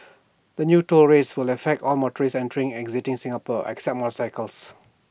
the new toll rates will affect all motorists entering and exiting Singapore except motorcyclists